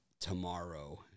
tomorrow